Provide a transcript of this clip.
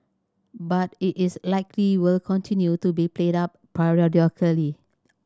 but it is likely will continue to be played up periodically